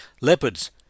Leopards